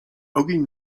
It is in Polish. ogień